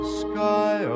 sky